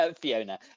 Fiona